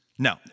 No